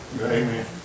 Amen